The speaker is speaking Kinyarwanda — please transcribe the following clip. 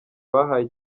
bahaye